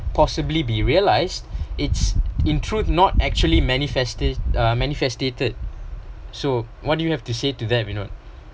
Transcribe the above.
possibly be realised it’s include not actually manife~ uh manifested so what do you have to say to that you know